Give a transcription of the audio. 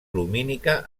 lumínica